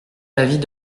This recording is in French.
l’avis